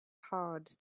hard